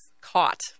caught